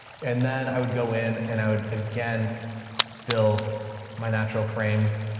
and then i would go in and i would again build my natural frames,